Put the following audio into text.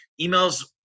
emails